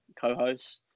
co-host